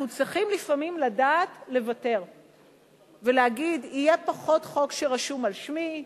אנחנו צריכים לפעמים לדעת לוותר ולהגיד: יהיה פחות חוק שרשום על שמי,